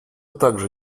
также